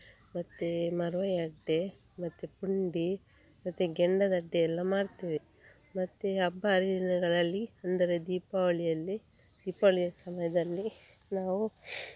ಮತ್ತು ಮರ್ವಾಯಿ ಅಡ್ಡೆ ಮತ್ತು ಪುಂಡಿ ಮತ್ತು ಗೆಂಡದಡ್ಡೆಯೆಲ್ಲ ಮಾಡ್ತೇವೆ ಮತ್ತು ಹಬ್ಬ ಹರಿದಿನಗಳಲ್ಲಿ ಅಂದರೆ ದೀಪಾವಳಿಯಲ್ಲಿ ದೀಪಾವಳಿಯ ಸಮಯದಲ್ಲಿ ನಾವು